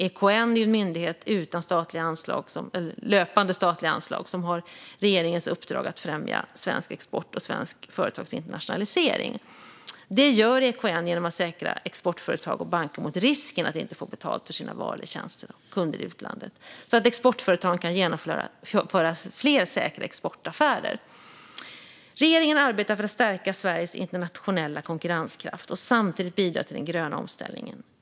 EKN är en myndighet utan löpande statliga anslag som har regeringens uppdrag att främja svensk export och svenska företags internationalisering. Detta gör EKN genom att försäkra exportföretag och banker mot risken att inte få betalt för sina varor eller tjänster av sina kunder i utlandet, så att exportföretagen kan genomföra fler säkra exportaffärer. Regeringen arbetar för att stärka Sveriges internationella konkurrenskraft och samtidigt bidra till den gröna omställningen.